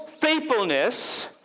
faithfulness